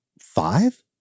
five